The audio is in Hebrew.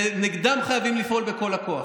ונגדם חייבים לפעול בכל הכוח.